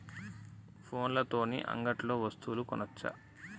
ఫోన్ల తోని అంగట్లో వస్తువులు కొనచ్చా?